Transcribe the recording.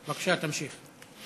בבקשה, תמשיך.